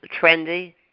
trendy